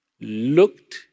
looked